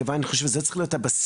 מכיוון שאני חושב שזה צריך להיות הבסיס